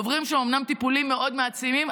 עוברים שם אומנם טיפולים מאוד מעצימים,